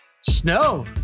snow